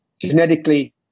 genetically